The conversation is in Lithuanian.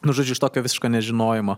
nu žodžiu iš tokio visiško nežinojimo